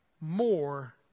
more